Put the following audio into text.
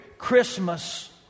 Christmas